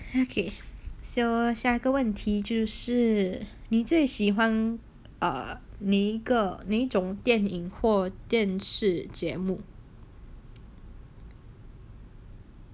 okay so 下个问题就是你最喜欢 err 那个哪种电影和电视节目